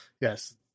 yes